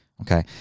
okay